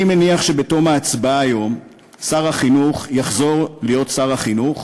אני מניח שבתום ההצבעה היום שר החינוך יחזור להיות שר החינוך,